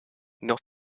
not